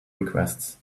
requests